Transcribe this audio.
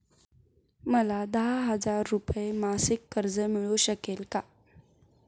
मला दहा हजार रुपये मासिक कर्ज मिळू शकेल का?